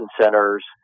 centers